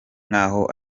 nk’aho